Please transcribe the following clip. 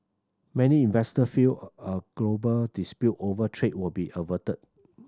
many investor feel a a global dispute over trade will be averted